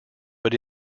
but